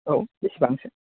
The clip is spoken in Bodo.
औ बेसेबांसो